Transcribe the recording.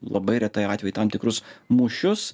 labai retai atveju tam tikrus mūšius